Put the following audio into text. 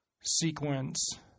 sequence